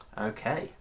Okay